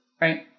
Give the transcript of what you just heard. right